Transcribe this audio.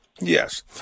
yes